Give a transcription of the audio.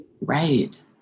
right